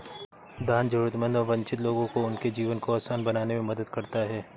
दान जरूरतमंद और वंचित लोगों को उनके जीवन को आसान बनाने में मदद करता हैं